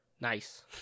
nice